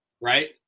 right